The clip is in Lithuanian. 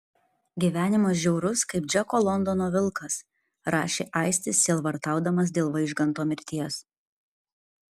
gyvenimas žiaurus kaip džeko londono vilkas rašė aistis sielvartaudamas dėl vaižganto mirties